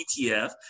ETF